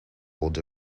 hold